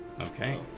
Okay